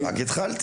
חכה רק התחלתי.